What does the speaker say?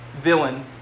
villain